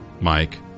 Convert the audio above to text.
Mike